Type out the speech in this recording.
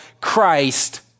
Christ